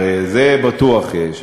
הרי את זה בטוח יש.